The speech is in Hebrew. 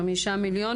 חמישה מיליון.